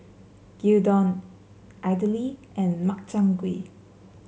Gyudon Idili and Makchang Gui